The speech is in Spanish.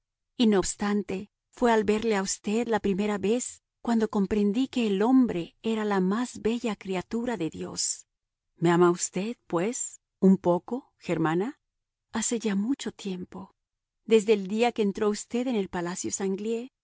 y no obstante fue al verle a usted la primera vez cuando comprendí que el hombre era la más bella criatura de dios me ama usted pues un poco germana hace ya mucho tiempo desde el día que entró usted en el palacio sanglié